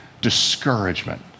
discouragement